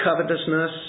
covetousness